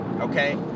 Okay